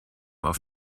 auf